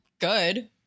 good